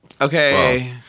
Okay